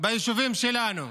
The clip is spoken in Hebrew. ביישובים שלנו.